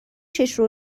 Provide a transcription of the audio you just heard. چشم